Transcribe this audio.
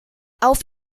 auf